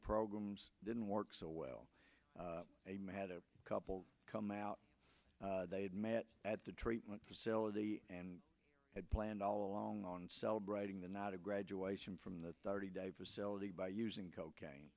programs didn't work so well a mad a couple come out they had met at the treatment facility and had planned all along on celebrating the not a graduation from the thirty day facility by using cocaine